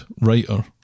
writer